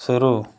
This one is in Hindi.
शुरू